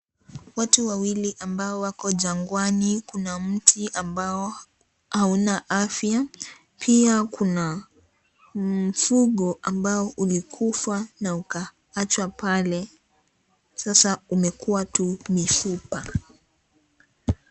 Watu wawili ambao wako jangwani. Kuna mti ambao hauna afya. Pia kuna mfugo ambao ulikufa na ukaachwa pale sasa umekuwa tu mifupa.